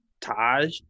Taj